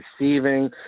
receiving